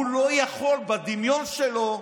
הוא לא יכול בדמיון שלו.